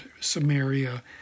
Samaria